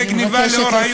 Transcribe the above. זו גנבה לאור היום,